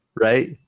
right